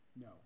no